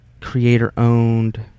creator-owned